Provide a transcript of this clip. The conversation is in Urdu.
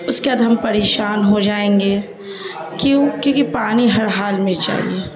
اس کے بعد ہم پریشان ہو جائیں گے کیوں کیونکہ پانی ہر حال میں چاہیے